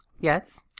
Yes